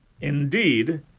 indeed